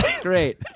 Great